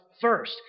first